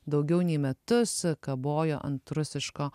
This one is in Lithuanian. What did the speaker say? daugiau nei metus kabojo ant rusiško